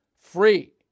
free